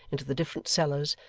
into the different cellars,